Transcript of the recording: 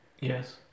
Yes